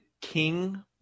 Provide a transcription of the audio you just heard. King